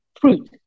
fruit